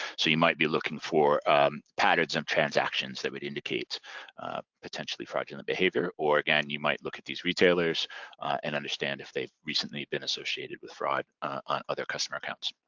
so you might be looking for patterns of transactions that would indicate potentially fraudulent behavior or again you might look at these retailers and understand if they've recently been associated with fraud on other customer accounts.